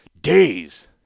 days